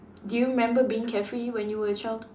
do you remember being carefree when you were a child